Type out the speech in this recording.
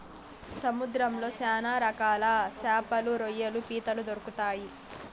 సముద్రంలో శ్యాన రకాల శాపలు, రొయ్యలు, పీతలు దొరుకుతాయి